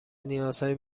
نیازهای